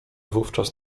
wówczas